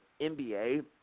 NBA